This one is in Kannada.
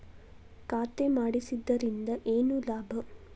ಖಾತೆ ಮಾಡಿಸಿದ್ದರಿಂದ ಏನು ಲಾಭ?